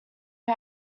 who